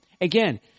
Again